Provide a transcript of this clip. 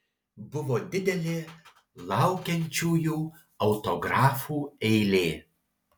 buvo didelė laukiančiųjų autografų eilė